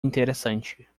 interessante